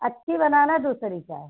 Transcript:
अच्छी बनाना दूसरी चाय